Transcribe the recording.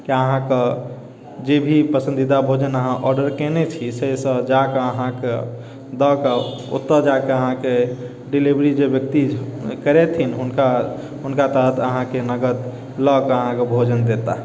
कि अहाँके जे भी पसन्दीदा भोजन अहाँ ऑर्डर कयने छी से जा कऽ अहाँके दअ कऽ ओतय जा कऽ अहाँके डिलिवरी जे व्यक्ति करैथिन हुनका हुनका तहत अहाँके नगद लअ कऽ अहाँके भोजन देताह